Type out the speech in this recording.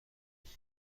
خیلی